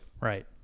right